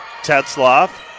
Tetzloff